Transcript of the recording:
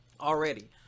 Already